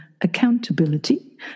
accountability